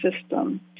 system